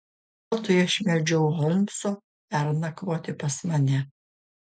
veltui aš meldžiau holmso pernakvoti pas mane